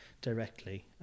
directly